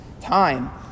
time